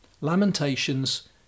Lamentations